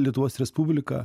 lietuvos respublika